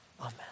Amen